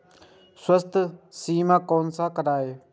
स्वास्थ्य सीमा कोना करायब?